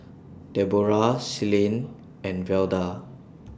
Debroah Celine and Velda